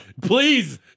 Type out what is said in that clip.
Please